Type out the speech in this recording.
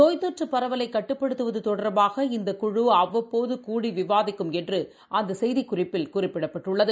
நோய்த்தொற்றுபரவலைகட்டுப்படுத்துவதுதொடர்பாக இந்த குழு அவ்வப்போது கூடி விவாதிக்கும் என்றுஅந்தசெய்திக் குறிப்பில் குறிப்பிடப்பட்டுள்ளது